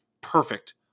perfect